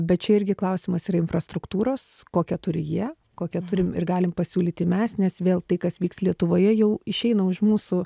bet čia irgi klausimas ir infrastruktūros kokią turi jie kokią turim ir galim pasiūlyti mes nes vėl tai kas vyks lietuvoje jau išeina už mūsų